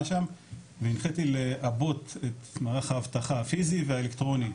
שם והנחיתי לעבות את מערך האבטחה הפיסי והאלקטרוני,